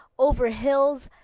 over hills,